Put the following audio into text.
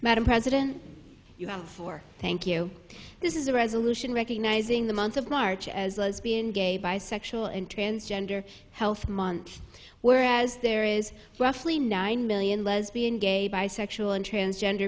madam president you have thank you this is a resolution recognizing the month of march as lesbian gay bisexual and transgender health month whereas there is roughly nine million lesbian gay bisexual and transgender